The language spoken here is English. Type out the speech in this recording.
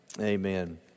Amen